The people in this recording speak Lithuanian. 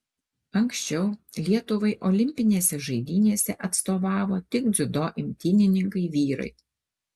anksčiau lietuvai olimpinėse žaidynėse atstovavo tik dziudo imtynininkai vyrai